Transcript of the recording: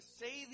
say